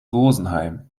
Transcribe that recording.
rosenheim